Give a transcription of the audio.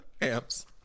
Amps